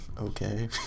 Okay